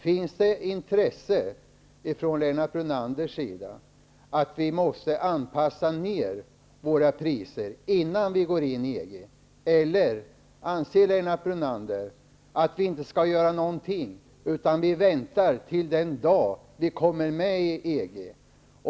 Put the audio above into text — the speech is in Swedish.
Finns det intresse hos Lennart Brunander för att vi skall anpassa priserna nedåt innan vi går in i EG, eller anser Lennart Brunander att vi inte skall göra någonting utan vänta till den dag vi kommer med i EG?